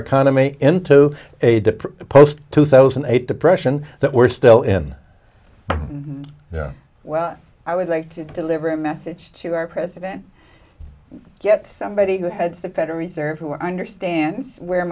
economy into a post two thousand and eight depression that we're still in there well i would like to deliver a message to our president get somebody who had the federal reserve who understands where